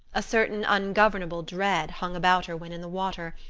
a certain ungovernable dread hung about her when in the water,